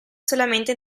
solamente